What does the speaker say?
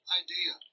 idea